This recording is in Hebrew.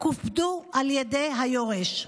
קופדו על ידי היורש.